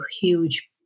huge